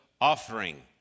offering